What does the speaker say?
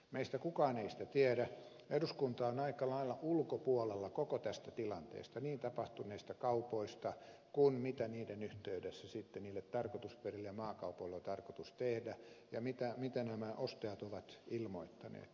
meistä kukaan ei sitä tiedä eduskunta on aika lailla ulkopuolella koko tästä tilanteesta niin tapahtuneista kaupoista kuin siitä mitä niiden yhteydessä sitten niille tarkoitusperille ja maakaupoille on tarkoitus tehdä ja mitä nämä ostajat ovat ilmoittaneet